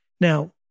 Now